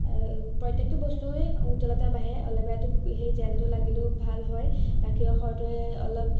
প্ৰত্যেকটো বস্তুৱেই উজ্বলতা বাঢ়ে অলপ সেই জেলটো লাগিলেও ভাল হয় গাখীৰৰ সৰটোৱে অলপ